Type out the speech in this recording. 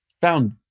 found